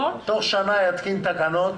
תוך שנה יתקין תקנות.